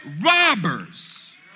robbers